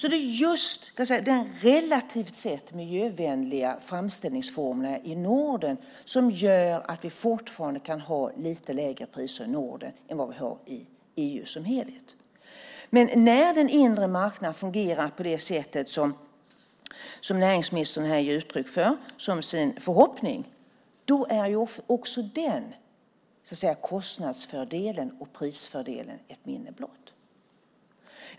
Det är just de relativt sett miljövänliga framställningsformerna i Norden som gör att vi fortfarande kan ha lite lägre priser i Norden än vad vi har i EU som helhet, men när den inre marknaden fungerar på det sätt som näringsministern här ger uttryck för som sin förhoppning, då är också den kostnadsfördelen och prisfördelen ett minne blott.